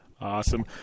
awesome